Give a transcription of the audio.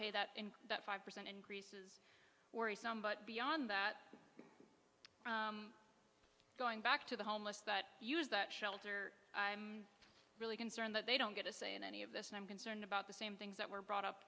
pay that in that five percent increase or a sum but beyond that going back to the homeless that use that shelter i'm really concerned that they don't get a say in any of this and i'm concerned about the same things that were brought up